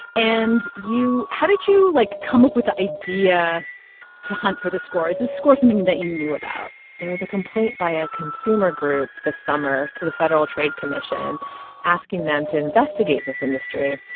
and you how did you, like, come up with the idea to hunt for the score? is the score something and that you knew about? there was a complaint by a consumer group this summer to the federal trade commission asking them to investigate this industry.